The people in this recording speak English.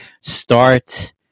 start